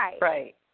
Right